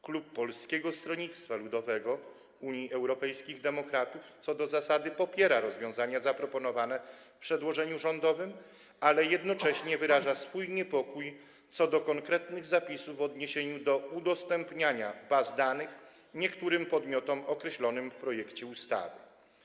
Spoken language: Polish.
Klub Polskiego Stronnictwa Ludowego - Unii Europejskich Demokratów co do zasady popiera rozwiązania zaproponowane w przedłożeniu rządowym, ale jednocześnie wyraża swój niepokój co do konkretnych zapisów w odniesieniu do udostępniania baz danych niektórym podmiotom określonym w projekcie ustawy.